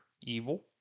evil